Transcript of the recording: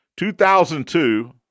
2002